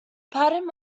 pattern